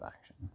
Action